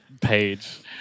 page